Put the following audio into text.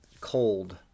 cold